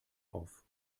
auf